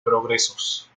progresos